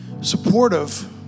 supportive